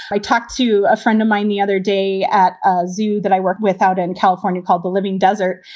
i talked to a friend of mine the other day at a zoo that i work with out in california called the living desert.